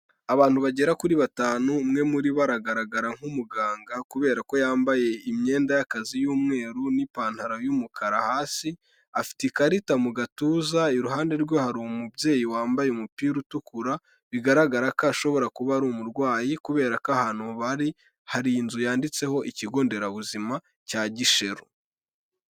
Abantu bagera kuri batanu, umwe muri bo aragaragara nk'umuganga, kubera ko yambaye imyenda y'akazi y'umweru, n'ipantaro y'umukara hasi, afite ikarita mu gatuza iruhande rwe hari umubyeyi wambaye umupira utukura, bigaragara ko ashobora kuba ari umurwayi kubera ko ahantu bari hari inzu yanditseho ikigo nderabuzima cya Gisheru.